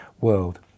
world